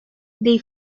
they